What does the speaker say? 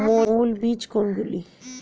মৌল বীজ কোনগুলি?